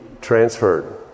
transferred